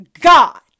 God